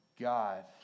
God